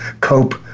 cope